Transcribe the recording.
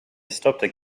stopped